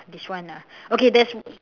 this one ah okay there's